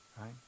right